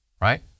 right